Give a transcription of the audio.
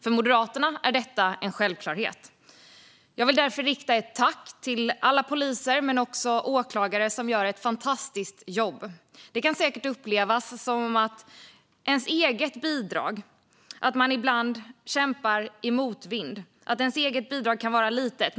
För Moderaterna är detta en självklarhet. Jag vill därför rikta ett tack till alla poliser men också till åklagare som gör ett fantastiskt jobb. Det kan säkert upplevas som att ens eget bidrag är litet och att man ibland kämpar i motvind.